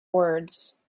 words